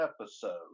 episode